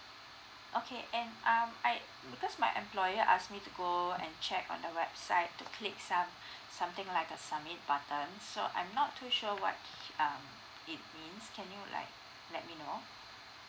okay and um I because my employer ask me to go and check on the website to click some something like a submit button so I'm not too sure what h~ um it means can you like let me know